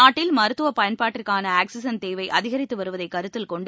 நாட்டில் மருத்துவ பயன்பாட்டிற்கான ஆக்ஸிஜன் தேவை அதிகரித்து வருவதை கருத்தில் கொண்டு